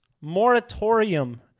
moratorium